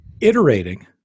iterating